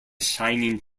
shining